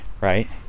right